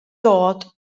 dod